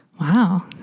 Wow